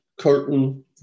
curtain